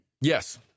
Yes